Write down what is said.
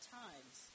times